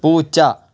പൂച്ച